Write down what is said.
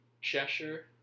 Cheshire